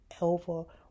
over